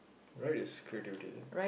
right is creativity is it